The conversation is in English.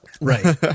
Right